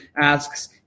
asks